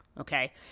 okay